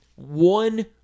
One